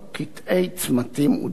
קטעי צמתים ודרכים.